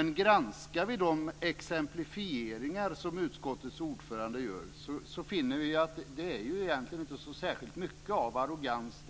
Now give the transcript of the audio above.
Om vi granskar utskottsordförandens exemplifieringar finner vi att det egentligen inte handlar särskilt mycket om arrogans.